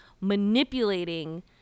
manipulating